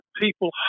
people